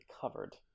covered